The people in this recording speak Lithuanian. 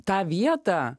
tą vietą